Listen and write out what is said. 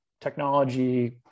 technology